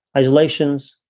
adulations,